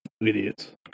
Idiots